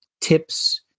tips